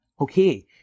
Okay